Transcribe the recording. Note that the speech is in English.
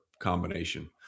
combination